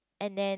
and then